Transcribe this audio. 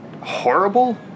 horrible